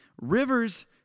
Rivers